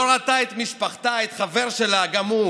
לא ראתה את משפחתה, את החבר שלה, שגם הוא